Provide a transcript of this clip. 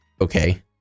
Okay